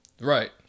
right